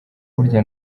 burya